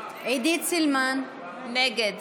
נגד